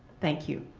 thank you.